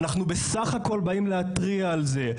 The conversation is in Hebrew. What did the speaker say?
אנחנו בסך הכל באים להתריע על זה,